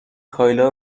کایلا